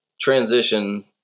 transition